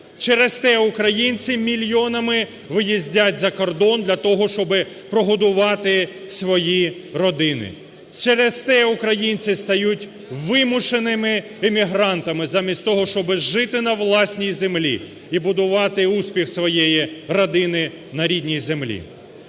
Через те українці мільйонами виїздять за кордон для того, щоби прогодувати свої родини, через те українці стають вимушеними емігрантами замість того, щоби жити на власній землі і будувати успіх своєї родини на рідній землі.